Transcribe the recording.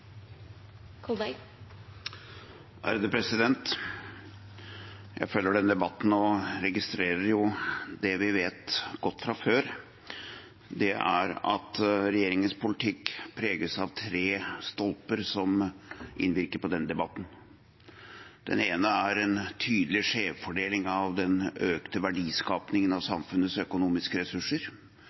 Jeg følger denne debatten og registrerer det vi vet godt fra før, og det er at regjeringens politikk preges av tre stolper som innvirker på denne debatten. Den ene er en tydelig skjevfordeling av den økte verdiskapingen av samfunnets økonomiske ressurser